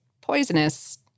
poisonous